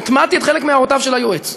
הטמעתי חלק מהערותיו של היועץ.